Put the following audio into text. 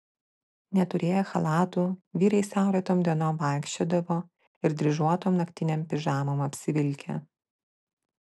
neturėję chalatų vyrai saulėtom dienom vaikščiodavo ir dryžuotom naktinėm pižamom apsivilkę